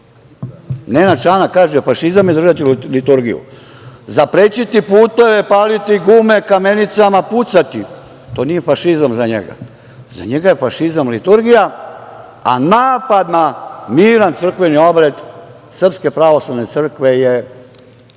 Nenad Čanak kaže da je fašizam držati liturgiju. Zaprečiti puteve, paliti gume kamenicama, pucati, to nije fašizam za njega, za njega je fašizam liturgija, a napad na miran crkveni obred Srpske pravoslavne crkve je